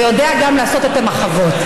ויודע גם לעשות את המחוות.